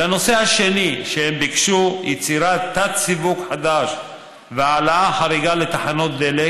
לנושא השני שהם ביקשו יצירת תת-סיווג חדש והעלאה חריגה לתחנות דלק